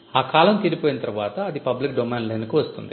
ఆ కాలం తీరిపోయిన తర్వాత అది పబ్లిక్ డొమైన్లోకి వస్తుంది